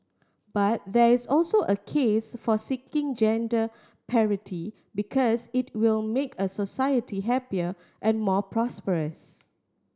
but there is also a case for seeking gender parity because it will make a society happier and more prosperous